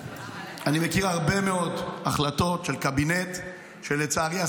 אני מכיר הרבה מאוד החלטות של קבינט שלצערי,